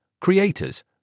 creators